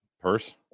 purse